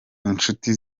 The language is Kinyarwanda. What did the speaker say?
inshuti